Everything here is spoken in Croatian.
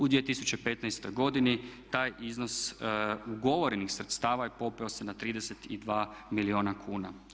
U 2015. godini taj iznos ugovorenih sredstava popeo se na 32 milijuna kuna.